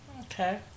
Okay